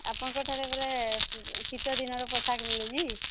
ଆପଣଙ୍କ ଠାରେ ବୋଲେ ଶୀତ ଦିନର ପୋଷାକ ମିଳୁଛି